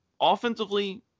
offensively